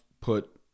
put